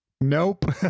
Nope